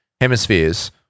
hemispheres